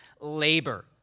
labor